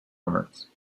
arts